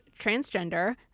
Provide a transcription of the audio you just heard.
transgender